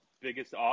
biggest